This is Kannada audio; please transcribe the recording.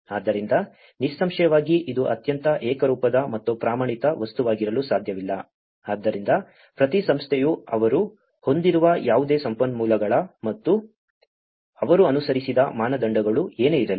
ಆದ್ದರಿಂದ ನಿಸ್ಸಂಶಯವಾಗಿ ಇದು ಅತ್ಯಂತ ಏಕರೂಪದ ಮತ್ತು ಪ್ರಮಾಣಿತ ವಸ್ತುವಾಗಿರಲು ಸಾಧ್ಯವಿಲ್ಲ ಆದ್ದರಿಂದ ಪ್ರತಿ ಸಂಸ್ಥೆಯು ಅವರು ಹೊಂದಿರುವ ಯಾವುದೇ ಸಂಪನ್ಮೂಲಗಳು ಮತ್ತು ಅವರು ಅನುಸರಿಸಿದ ಮಾನದಂಡಗಳು ಏನೇ ಇರಲಿ